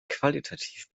qualitativ